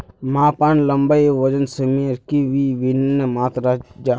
मापन लंबाई वजन सयमेर की वि भिन्न मात्र जाहा?